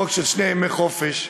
של שני ימי חופשה.